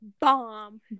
bomb